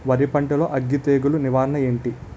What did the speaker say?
వరి పంటలో అగ్గి తెగులు నివారణ ఏంటి?